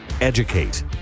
educate